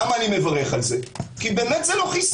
כי באמת זה לא חיסון.